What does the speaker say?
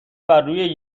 برروی